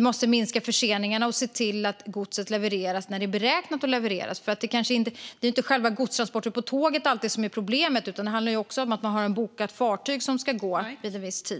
måste minska och godset levereras när det är beräknat att levereras. Det kanske inte alltid är själva godstransporten på tåget som är problemet, utan det kan också handla om ett bokat fartyg som ska avgå vid en viss tid.